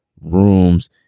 rooms